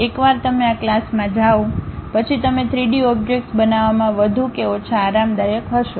એકવાર તમે આ ક્લાસમાં જાઓ પછી તમે 3 ડી ઓબ્જેક્ટ્સ બનાવવામાં વધુ કે ઓછા આરામદાયક હશો